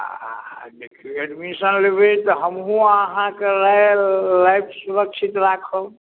हँ हँ हँ देखिऔ एडमिशन लेबै तऽ हमहुँ अहाँक लाइ लाइफ सुरक्षित राखब